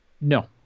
No